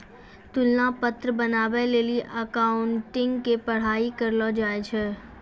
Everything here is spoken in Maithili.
तुलना पत्र बनाबै लेली अकाउंटिंग के पढ़ाई करलो जाय छै